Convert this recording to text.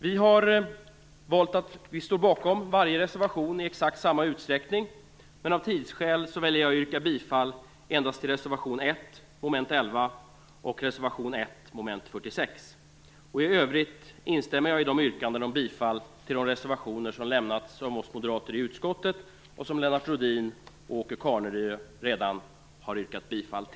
Vi står bakom varje reservation i exakt samma utsträckning, men av tidsskäl väljer jag att yrka bifall till endast reservation 1 mom. 11 och mom. 46. I övrigt instämmer jag i de yrkanden om bifall till de reservationer som lämnats av oss moderater i utskottet som Lennart Rohdin och Åke Carnerö redan har gjort.